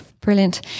Brilliant